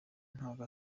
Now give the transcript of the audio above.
ntako